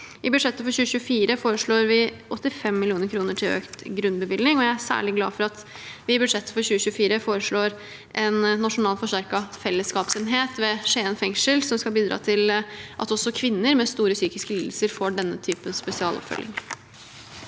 I budsjettet for 2024 foreslår vi 85 mill. kr i økt grunnbevilgning. Jeg er særlig glad for at vi i budsjettet for 2024 foreslår en nasjonal forsterket fellesskapsenhet, NFFA, ved Skien fengsel, som skal bidra til at også kvinner med store psykiske lidelser får denne typen spesialoppfølging.